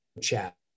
chat